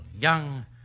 Young